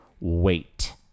wait